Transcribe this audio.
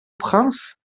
prince